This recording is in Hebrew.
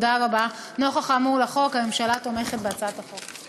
נוכח האמור, הממשלה תומכת בהצעת החוק.